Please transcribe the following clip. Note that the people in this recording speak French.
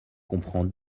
comprend